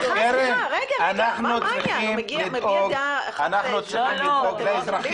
אנחנו צריכים קודם כול לדאוג לאזרחים.